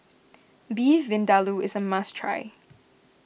Beef Vindaloo is a must try